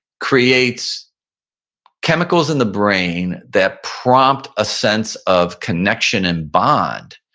creates chemicals in the brain that prompt a sense of connection and bond.